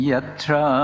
Yatra